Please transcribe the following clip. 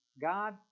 God